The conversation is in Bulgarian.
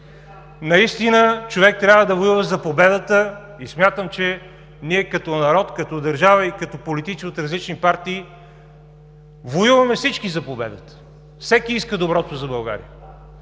Наистина човек трябва да воюва за победата и смятам, че ние като народ, като държава и като политици от различни партии воюваме всички за победата. Всеки иска доброто за България.